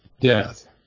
death